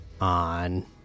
on